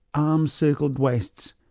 um circled waists,